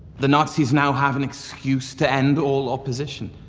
the nazis now have an excuse to end all opposition.